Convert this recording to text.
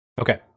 Okay